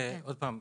עוד פעם,